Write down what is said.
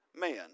man